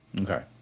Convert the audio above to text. Okay